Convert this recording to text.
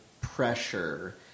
Pressure